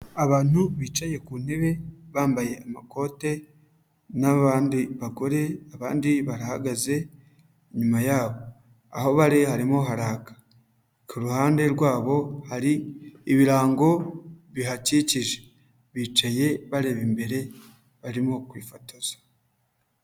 Abantu bicaye ku ntebe bambaye amakote n'abandi bagore, abandi barahagaze inyuma yabo, aho bari harimo haraka, ku ruhande rwabo hari ibirango bihakikije, bicaye bareba imbere barimo kwifotoza.